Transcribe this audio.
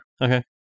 okay